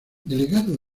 delegado